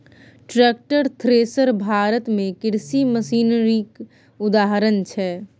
tractor, thresher Bharat मे कृषि मशीनरीक उदाहरण छै